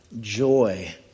joy